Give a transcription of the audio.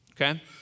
okay